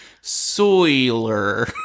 Soiler